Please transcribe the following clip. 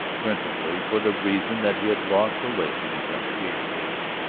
principally for the reason that he had lost a leg in his younger, gayer days,